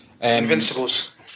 Invincibles